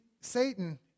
Satan